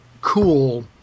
cool